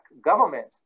government